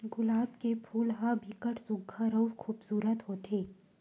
गुलाब के फूल ह बिकट सुग्घर अउ खुबसूरत होथे